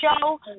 show